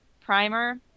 primer